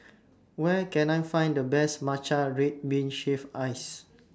Where Can I Find The Best Matcha Red Bean Shaved Ice